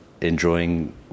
enjoying